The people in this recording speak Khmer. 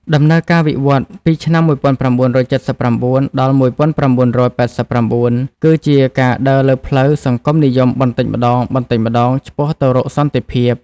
ដំណើរការវិវត្តពីឆ្នាំ ១៩៧៩ ដល់ ១៩៨៩ គឺជាការដើរលើផ្លូវសង្គមនិយមបន្តិចម្តងៗឆ្ពោះទៅរកសន្តិភាព។